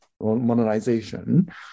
modernization